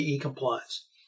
Compliance